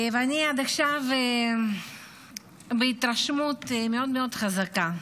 ואני עד עכשיו בהתרשמות מאוד מאוד חזקה.